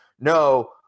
no